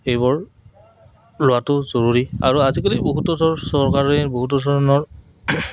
সেইবোৰ লোৱাটো জৰুৰী আৰু আজিকালি বহুতো ধৰ চৰকাৰে বহুতো ধৰণৰ